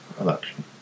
election